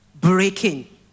breaking